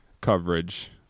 coverage